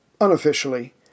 unofficially